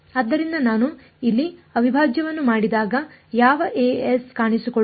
ಆದ್ದರಿಂದ ನಾನು ಇಲ್ಲಿ ಅವಿಭಾಜ್ಯವನ್ನು ಮಾಡಿದಾಗ ಯಾವ a s ಕಾಣಿಸಿಕೊಳ್ಳುತ್ತದೆ